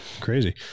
crazy